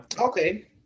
Okay